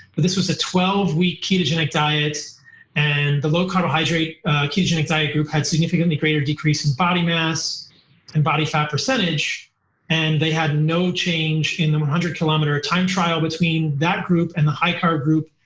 but this was a twelve week ketogenic diets and the low carbohydrate ketogenic diet group had significantly greater decrease in body mass and body fat percentage and they had no change in the one hundred kilometer time trial between that group. and the high carb group,